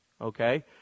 okay